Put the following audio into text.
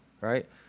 right